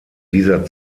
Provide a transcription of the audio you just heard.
dieser